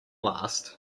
last